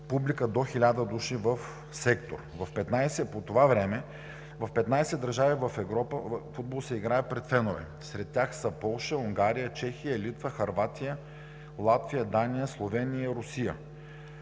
публика до хиляда души в сектор. По това време в 15 държави в Европа футбол се играе пред фенове. Сред тях са Полша, Унгария, Чехия, Литва, Хърватия, Латвия, Дания, Словения и Русия.